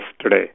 today